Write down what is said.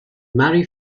marry